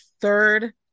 third